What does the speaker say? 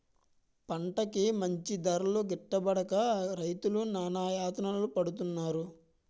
పంటకి మంచి ధరలు గిట్టుబడక రైతులు నానాయాతనలు పడుతున్నారు